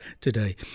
today